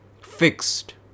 fixed